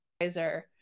advisor